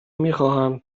میخواهم